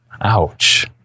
ouch